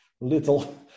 little